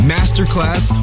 Masterclass